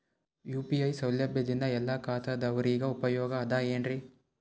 UPI ಸೌಲಭ್ಯದಿಂದ ಎಲ್ಲಾ ಖಾತಾದಾವರಿಗ ಉಪಯೋಗ ಅದ ಏನ್ರಿ?